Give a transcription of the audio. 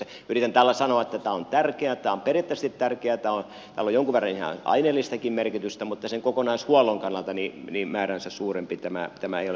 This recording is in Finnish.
yritän tällä sanoa että tämä on tärkeä tämä on periaatteellisesti tärkeä tällä on jonkun verran ihan aineellistakin merkitystä mutta kokonaishuollon kannalta määräänsä suurempi tämä ei ole